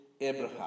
Abraham